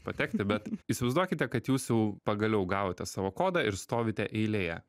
patekti bet įsivaizduokite kad jūs jau pagaliau gavote savo kodą ir stovite eilėje